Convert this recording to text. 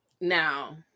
now